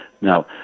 Now